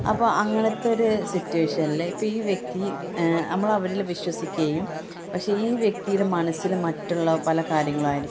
അപ്പോൾ അങ്ങനത്തെ ഒരു സിറ്റുവേഷനിൽ ഇപ്പം ഈ വ്യക്തി നമ്മൾ അവരിൽ വിശ്വസിക്കുകയും പക്ഷേ ഈ വ്യക്തിയുടെ മനസ്സിൽ മറ്റുള്ള പല കാര്യങ്ങളുമായിരിക്കും